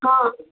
ହଁ